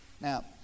Now